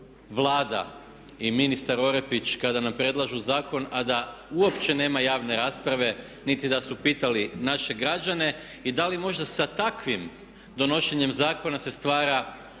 Vlada i ministar Orepić kada nam predlažu zakon a da uopće nema javne rasprave niti da su pitali naše građane i da li možda sa takvim donošenjem zakona se stvara